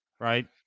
right